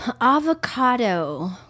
Avocado